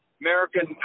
American –